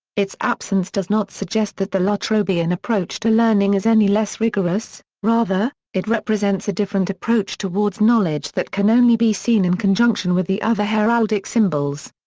its absence does not suggest that the la trobian approach to learning is any less rigorous, rather, it represents a different approach towards knowledge that can only be seen in conjunction with the other heraldic symbols.